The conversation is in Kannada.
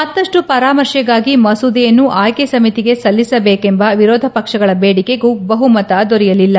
ಮತ್ತಷ್ಟು ಪರಾಮರ್ಶೆಗಾಗಿ ಮಸೂದೆಯನ್ನು ಆಯ್ತೆ ಸಮಿತಿಗೆ ಸಲ್ಲಿಸಬೇಕೆಂಬ ವಿರೋಧ ಪಕ್ಷಗಳ ಬೇಡಿಕೆಗೂ ಬಹುಮತ ದೊರೆಯಲಿಲ್ಲ